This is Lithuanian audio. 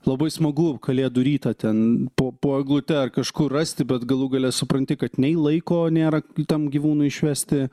labai smagu kalėdų rytą ten po po eglute ar kažkur rasti bet galų gale supranti kad nei laiko nėra tam gyvūnui išvesti